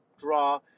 draw